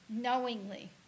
knowingly